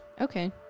okay